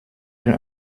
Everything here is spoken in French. elle